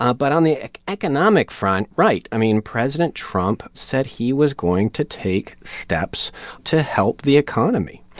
ah but on the economic front, right. i mean, president trump said he was going to take steps to help the economy.